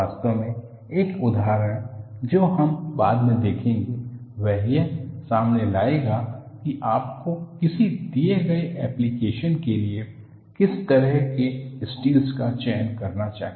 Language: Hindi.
वास्तव में एक उदाहरण जो हम बाद में देखेंगे वह यह सामने लाएगा कि आपको किसी दिए गए एप्लिकेशन के लिए किस तरह के स्टील्स का चयन करना चाहिए